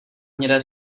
hnědé